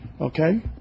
Okay